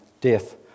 death